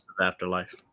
Afterlife